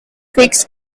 fixed